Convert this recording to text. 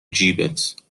جیبت